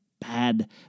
bad